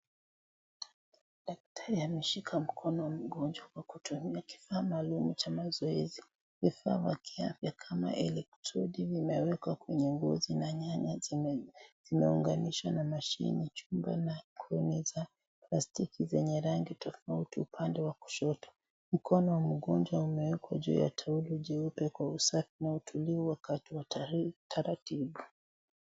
Daktari ameshika mkono mgonjwa akitumia kifaa maalum cha mazoezi. Vifaa vya kiafya kama elektrodi vimewekwa kwenye nguzo na nyaya zimeunganishwa na mashine, chumba na kuni za plastiki za rangi tofauti upande wa kushoto. Mkono wa mgonjwa umewekwa juu ya toroli jeupe kwa usafi na utulivu wakati wa taratibu.